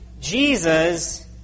Jesus